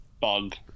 bug